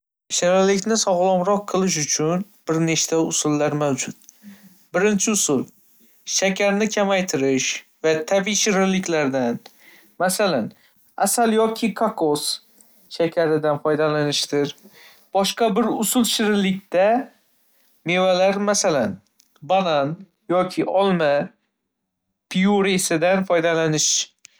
Shirinlikni sog'lomroq qilish uchun bir nechta usullar mavjud. Birinchi usul shakarni kamaytirish va tabiiy shirinliklardan, masalan, asal yoki kokos shakaridan foydalanishdir. Boshqa bir usul shirinlikda mevalar, masalan, banan yoki olma pyuresidan foydalanish.